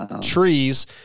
trees